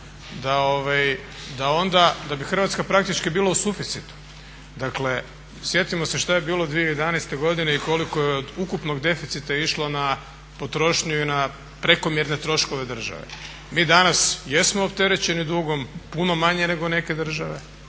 šaptanja, da bi Hrvatska praktički bila u suficitu. Dakle, sjetimo se što je bilo 2011. godine i koliko je od ukupnog deficita išlo na potrošnju i na prekomjerne troškove države. Mi danas jesmo opterećeni dugom puno manje nego neke države,